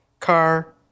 Car